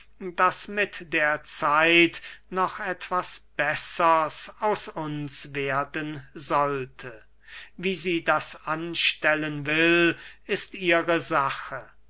daß mit der zeit noch etwas bessers aus uns werden sollte wie sie das anstellen will ist ihre sache